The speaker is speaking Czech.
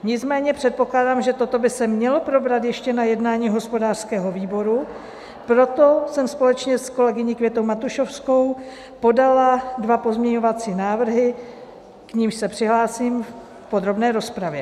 Nicméně předpokládám, že toto by se mělo probrat ještě na jednání hospodářského výboru, proto jsem společně s kolegyní Květou Matušovskou podala dva pozměňovací návrhy, k nimž se přihlásím v podrobné rozpravě.